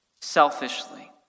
selfishly